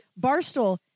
Barstool